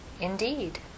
indeed